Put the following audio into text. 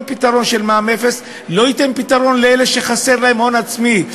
כל פתרון של מע"מ אפס לא ייתן פתרון לאלה שחסר להם הון עצמי.